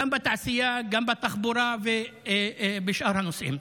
גם בתעשייה, גם בתחבורה ובשאר הנושאים?